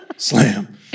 Slam